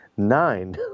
Nine